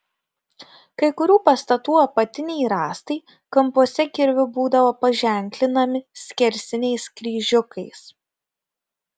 kai kurių pastatų apatiniai rąstai kampuose kirviu būdavo paženklinami skersiniais kryžiukais